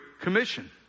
commission